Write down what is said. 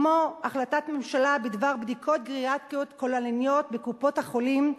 כמו החלטת ממשלה בדבר בדיקות גריאטריות כוללניות בקופות-החולים,